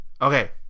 Okay